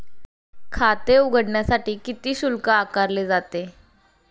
खाते उघडण्यासाठी किती शुल्क आकारले जाते?